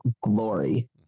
glory